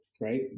right